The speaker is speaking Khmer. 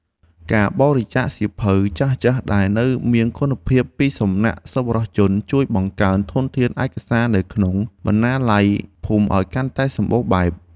ការបរិច្ចាគសៀវភៅចាស់ៗដែលនៅមានគុណភាពពីសំណាក់សប្បុរសជន ជួយបង្កើនធនធានឯកសារនៅក្នុងបណ្ណាល័យភូមិឱ្យកាន់តែសម្បូរបែប។